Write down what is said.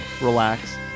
relax